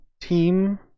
team